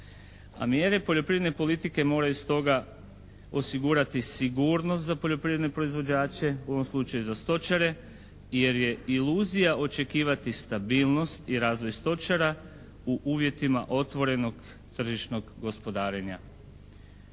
a mjere poljoprivredne politike moraju stoga osigurati sigurnost za poljoprivredne proizvođače u ovom slučaju za stočare jer je iluzija očekivati stabilnosti razvoj s točara u uvjetima otvorenog tržišnog gospodarenja.